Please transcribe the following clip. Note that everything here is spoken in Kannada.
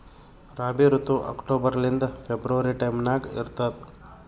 ರಾಬಿ ಋತು ಅಕ್ಟೋಬರ್ ಲಿಂದ ಫೆಬ್ರವರಿ ಟೈಮ್ ನಾಗ ಇರ್ತದ